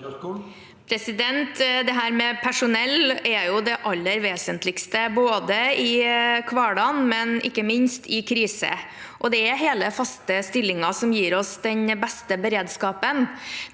Kjerkol Personell er det aller vesentligste, både i hverdagen og ikke minst i krise. Det er hele, faste stillinger som gir oss den beste beredskapen.